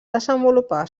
desenvolupar